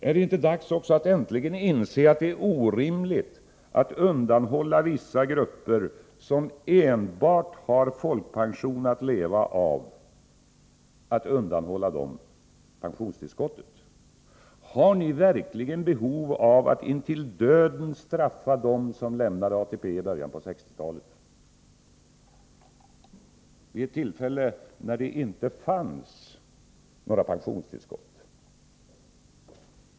Är det inte också dags att äntligen inse att det är orimligt att undanhålla vissa grupper, som enbart har folkpension att leva av, pensionstillskott? Har ni verkligen behov av att intill döden straffa dem som lämnade ATP i början av 1960-talet, vid ett tillfälle när det inte fanns några pensionstillskott?